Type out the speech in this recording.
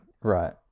Right